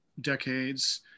decades